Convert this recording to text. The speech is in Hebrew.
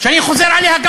שאני חוזר עליה גם